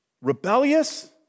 rebellious